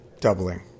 doubling